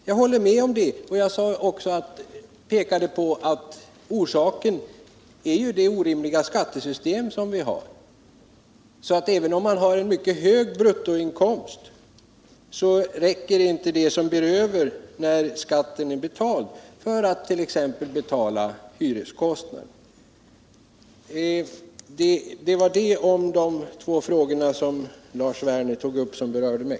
Jag pekade också på att orsaken är det orimliga skattesystem som vi har. Även om man har en mycket hög bruttoinkomst, räcker det som blir över när skatten är betald inte till för att t.ex. täcka hyreskostnaden. Detta är mitt svar på de av Lars Werners frågor som rörde mig.